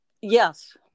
Yes